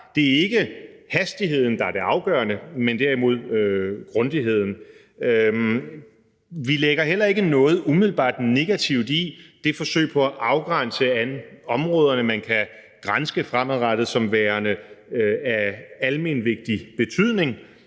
at det ikke er hastigheden, der er det afgørende, men derimod grundigheden. Vi lægger heller ikke noget umiddelbart negativt i det forsøg på at afgrænse områderne, man kan granske fremadrettet, som værende af almenvigtig betydning.